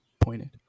pointed